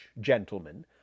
gentlemen